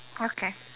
okay